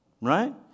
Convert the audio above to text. Right